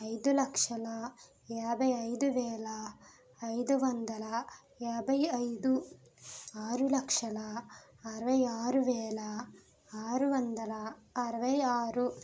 ఐదు లక్షల యాభై ఐదు వేల ఐదు వందల యాభై ఐదు ఆరు లక్షల అరవై ఆరు వేల ఆరువందల అరవై ఆరు